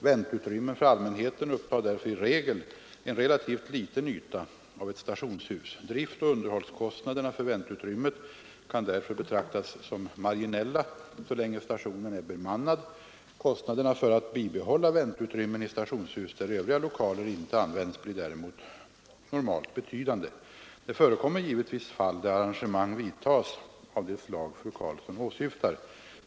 Väntutrymmen för allmänheten upptar därför i regel en relativt liten yta av ett stationshus. Driftoch underhållskostnaderna för väntutrymmet kan därför betraktas som marginella så länge stationen är bemannad. Kostnaderna för att bibehålla väntutrymmen i stationshus där övriga lokaler inte används blir däremot normalt betydande. Det förekommer givetvis fall där arrangemang vidtas av det slag fru Karlsson åsyftar.